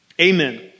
Amen